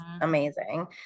amazing